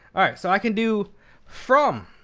all right. so i can do from